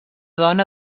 dona